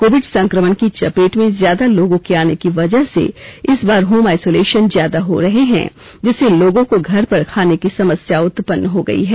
Covid संक्रमण की चपेट में ज्यादा लोगों के आने की वजह से इस बार होम आइसोलेशन ज्यादा हो रहे हैं जिससे लोगों को घर पर खाने की समस्या उत्पन्न हो गई है